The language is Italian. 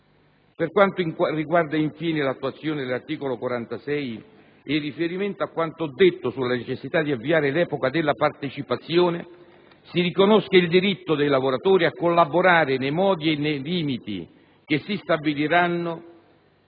Per quanto riguarda, infine, l'attuazione dell'articolo 46 della Costituzione, in riferimento a quanto ho detto sulla necessità di avviare l'epoca della partecipazione, si riconosca il diritto dei lavoratori, nei modi e nei limiti che si stabiliranno